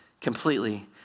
completely